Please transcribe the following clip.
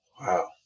wow